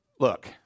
Look